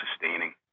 sustaining